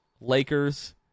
Lakers